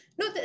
No